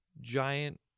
giant